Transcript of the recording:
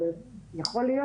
אבל יכול להיות